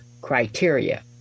criteria